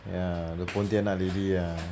ya the pontianak lady ah